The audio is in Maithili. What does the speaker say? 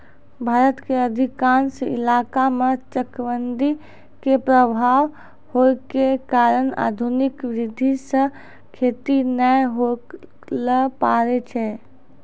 भारत के अधिकांश इलाका मॅ चकबंदी के अभाव होय के कारण आधुनिक विधी सॅ खेती नाय होय ल पारै छै